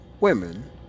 women